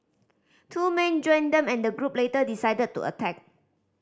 two men joined them and the group later decided to attack